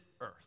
earth